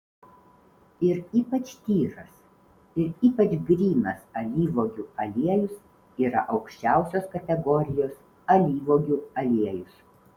ir ypač tyras ir ypač grynas alyvuogių aliejus yra aukščiausios kategorijos alyvuogių aliejus